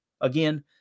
again